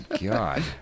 God